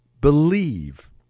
Believe